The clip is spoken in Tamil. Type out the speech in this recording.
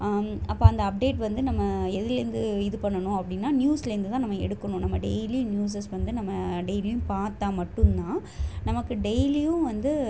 அப்போ அந்த அப்டேட் வந்து நம்ம எதிலேருந்து இது பண்ணணும் அப்படின்னா நியூஸ்லேருந்துதான் நம்ம எடுக்கணும் நம்ம டெய்லி நியூஸஸ் வந்து நம்ம டெய்லியும் பார்த்தா மட்டுந்தான் நமக்கு டெய்லியும் வந்து